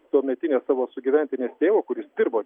tuometinės savo sugyventinės tėvo kuris dirbo